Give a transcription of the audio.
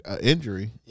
injury